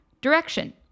direction